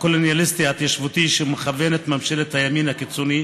הקולוניאליסטי ההתיישבותי שמכוונת ממשלת הימין הקיצוני,